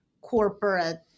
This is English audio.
corporate